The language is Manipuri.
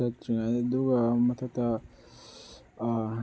ꯆꯠꯇ꯭ꯔꯤꯉꯥꯏ ꯑꯗꯨꯒ ꯃꯊꯛꯇ